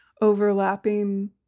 overlapping